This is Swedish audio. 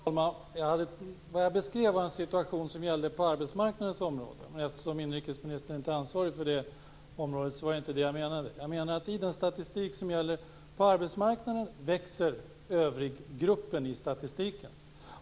Fru talman! Jag skall försöka. Vad jag beskrev var en situation som gällde på arbetsmarknadens område. Eftersom inrikesministern inte är ansvarig för det området var det inte det jag menade. I den statistik som gäller på arbetsmarknaden växer övriggruppen.